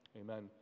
Amen